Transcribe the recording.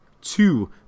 Two